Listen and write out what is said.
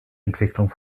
entwicklung